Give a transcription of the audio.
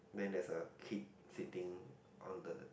then there's a kid sitting on the